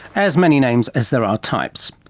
as many names as there are types.